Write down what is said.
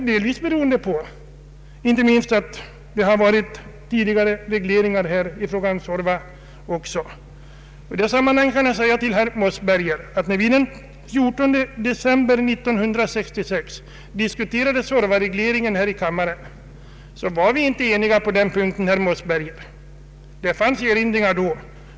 Detta beror också på att det tidigare har gjorts regleringar av Suorva. I detta sammanhang vill jag säga till herr Mossberger att vi inte var eniga på den punkten när vi diskuterade Suorvaregleringen här i kammaren den 14 december 1966. Då gjordes erinringar.